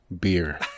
beer